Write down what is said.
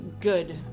good